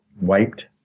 Wiped